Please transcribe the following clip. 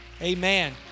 Amen